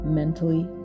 mentally